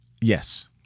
Yes